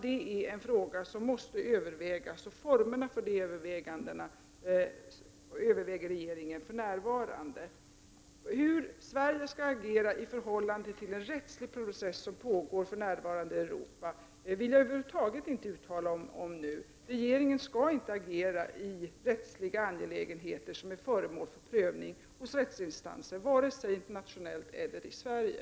Detta är en fråga som måste övervägas, och formerna för de övervägandena funderar vi för närvarande på i regeringen. Hur Sverige skall agera i förhållande till den rättsliga process som pågår för närvarande i Europa vill jag över huvud taget inte uttala mig om nu. Regeringen skall inte agera i rättsliga processer som är föremål för prövning hos rättsinstanser vare sig internationellt eller i Sverige.